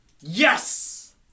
yes